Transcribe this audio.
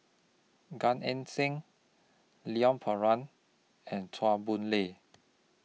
Gan Eng Seng Leon Perera and Chua Boon Lay